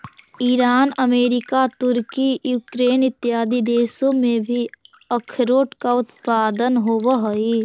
Iran America तुर्की Ukraine इत्यादि देशों में भी अखरोट का उत्पादन होवअ हई